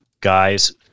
guys